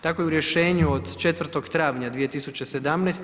Tako je u rješenju od 4. travnja 2017.